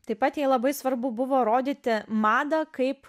taip pat jai labai svarbu buvo rodyti madą kaip